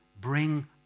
bring